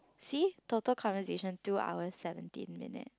see total conversation two hours seventeen minute